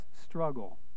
struggle